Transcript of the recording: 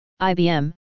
IBM